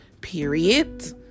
period